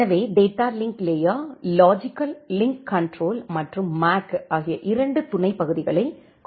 எனவே data link layer logical link control மற்றும் MAC ஆகிய இரண்டு துணை பகுதிகளைக் கொண்டுள்ளது